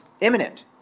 imminent